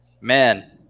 man